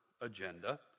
agenda